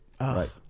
Right